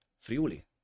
Friuli